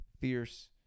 fierce